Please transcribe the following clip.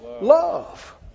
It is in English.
love